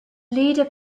leader